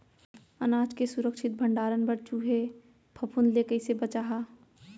अनाज के सुरक्षित भण्डारण बर चूहे, फफूंद ले कैसे बचाहा?